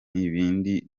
n’ibindi